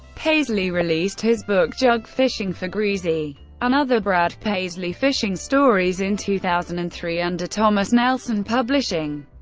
paisley released his book jug fishing for greazy and other brad paisley fishing stories in two thousand and three under thomas nelson publishing.